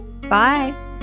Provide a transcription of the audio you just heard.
Bye